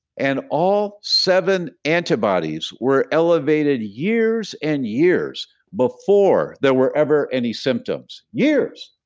and all seven antibodies were elevated years and years before there were ever any symptoms, years.